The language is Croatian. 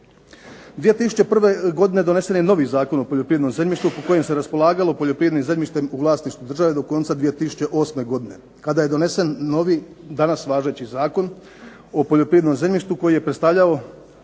2001. godine donesen je novi Zakon o poljoprivrednom zemljištu po kojem se raspolagalo poljoprivrednim zemljištem u vlasništvu države do konca 2008. godine kada je donesen novi danas važeći Zakon o poljoprivrednom zemljištu koji je predstavljao